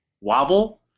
Wobble